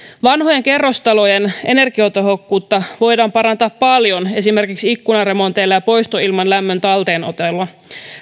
vanhojen kerrostalojen energiatehokkuutta voidaan parantaa paljon esimerkiksi ikkunaremonteilla ja poistoilman lämmön talteenotolla